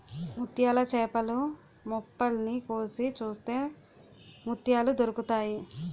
ముత్యాల చేపలు మొప్పల్ని కోసి చూస్తే ముత్యాలు దొరుకుతాయి